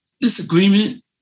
disagreement